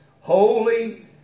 holy